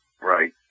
Right